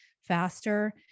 faster